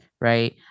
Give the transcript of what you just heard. right